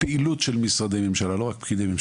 פעילות של משרדי ממשלה,